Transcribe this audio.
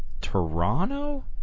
Toronto